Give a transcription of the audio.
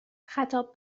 خطاب